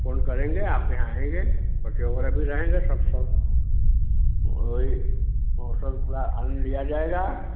phone करेंगे आप यहाँ आएँगे बच्चे वगैरह भी रहेंगे सब सब वहीं महोत्सव का आनंद लिया जाएगा